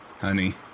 Honey